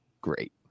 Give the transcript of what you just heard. great